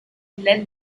led